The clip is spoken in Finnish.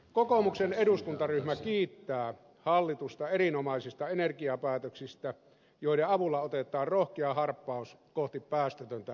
kokoomuksen eduskuntaryhmä kiittää hallitusta erinomaisista energiapäätöksistä joiden avulla otetaan rohkea harppaus kohti päästötöntä suomea